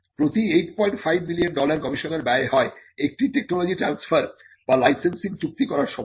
প্রতি 85 million dollar গবেষণায় ব্যয় হয় একটি টেকনোলজি ট্রান্সফার বা লাইসেন্সিং চুক্তি করার সময়